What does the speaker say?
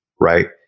right